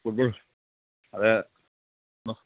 ഫുട് ball അതേ